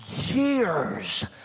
years